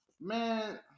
Man